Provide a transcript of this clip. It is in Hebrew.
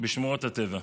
בשמורות הטבע.